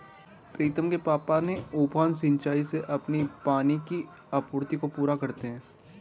प्रीतम के पापा ने उफान सिंचाई से अपनी पानी की आपूर्ति को पूरा करते हैं